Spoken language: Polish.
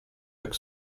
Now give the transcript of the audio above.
jak